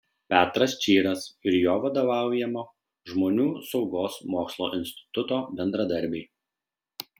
petras čyras ir jo vadovaujamo žmonių saugos mokslo instituto bendradarbiai